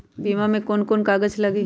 बीमा में कौन कौन से कागज लगी?